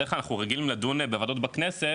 בדרך כלל אנחנו רגילים לדון בוועדות בכנסת,